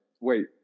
wait